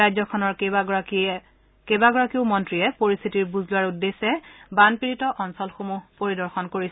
ৰাজ্যখনৰ কেইবাগৰাকীও মন্ত্ৰীয়ে পৰিস্থিতিৰ বুজ লোৱাৰ উদ্দেশ্যে বানপীড়িত অঞ্চলসমূহ পৰিদৰ্শন কৰিছে